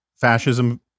fascism